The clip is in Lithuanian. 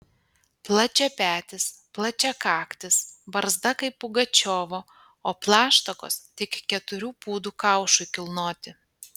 plačiapetis plačiakaktis barzda kaip pugačiovo o plaštakos tik keturių pūdų kaušui kilnoti